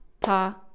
ta